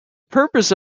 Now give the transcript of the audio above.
purpose